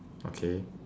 okay